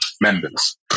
members